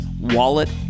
wallet